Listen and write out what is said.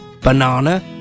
banana